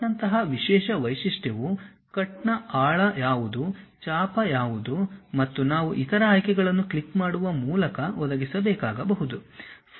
ಕಟ್ನಂತಹ ವಿಶೇಷ ವೈಶಿಷ್ಟ್ಯವು ಕಟ್ನ ಆಳ depth of cut ಯಾವುದು ಚಾಪ ಯಾವುದು ಮತ್ತು ನಾವು ಇತರ ಆಯ್ಕೆಗಳನ್ನು ಕ್ಲಿಕ್ ಮಾಡುವ ಮೂಲಕ ಒದಗಿಸಬೇಕಾಗಬಹುದು